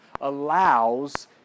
allows